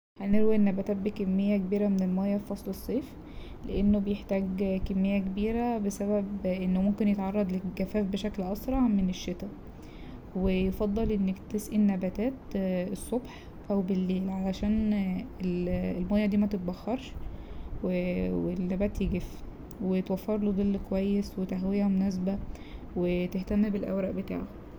هنروي النباتات بكمية كبيرة من المايه في فصل الصيف لأنه بيحتاج كمية كبيرة بسبب انه ممكن يتعرض للجفاف بشكل اسرع من الشتا ويفضل انك تسقي النباتات الصبح أو بالليل عشان ال- المايه دي ماتتبخرش والنبات يجف وتوفرله ضل كويس وتهوية مناسبة وتهتم بالأجواء بتاعه.